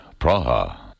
Praha. (